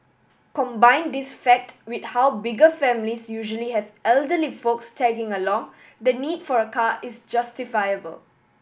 combine this fact with how bigger families usually have elderly folks tagging along the need for a car is justifiable